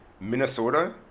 Minnesota